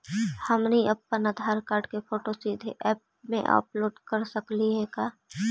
हमनी अप्पन आधार कार्ड के फोटो सीधे ऐप में अपलोड कर सकली हे का?